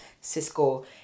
Cisco